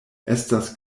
estas